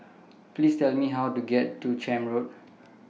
Please Tell Me How to get to Camp Road